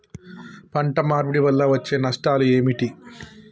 పంట మార్పిడి వల్ల వచ్చే నష్టాలు ఏమిటి?